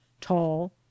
tall